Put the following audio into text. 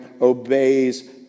obeys